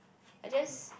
I just